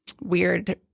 weird